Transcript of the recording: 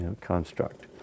construct